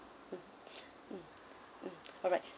mm mm mm alright